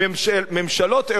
ממשלות אירופה,